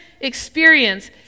experience